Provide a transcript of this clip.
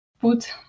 put